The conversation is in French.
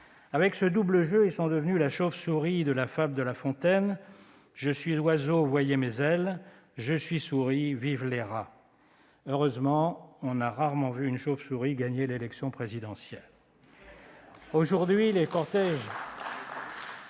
Avec ce double jeu, ils sont devenus la chauve-souris de la fable de La Fontaine :« Je suis Oiseau : voyez mes ailes [...] Je suis Souris ; vivent les Rats ». Heureusement, nous avons rarement vu une chauve-souris gagner l'élection présidentielle.